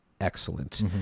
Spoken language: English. excellent